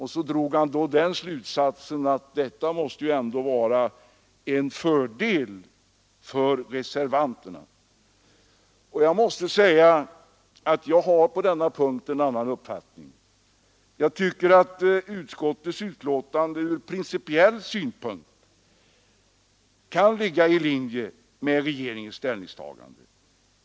Han drog slutsatsen att detta ändå måste vara en fördel för reservanterna. Jag har på denna punkt en annan uppfattning. Jag tycker att utskottsbetänkandet från principiell synpunkt kan ligga i linje med regeringens ställningstagande.